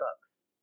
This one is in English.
Books